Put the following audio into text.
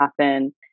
happen